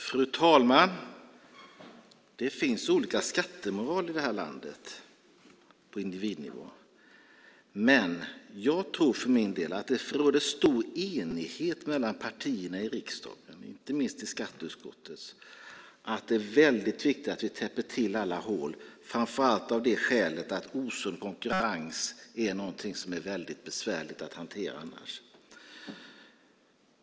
Fru talman! Det finns olika skattemoral i det här landet på individnivå, men jag tror för min del att det råder stor enighet mellan partierna i riksdagen, inte minst i skatteutskottet, om att det är väldigt viktigt att vi täpper till alla hål, framför allt av det skälet att osund konkurrens är någonting som är väldigt besvärligt att hantera annars.